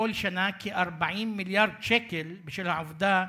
כל שנה כ-40 מיליארד שקל בשל העובדה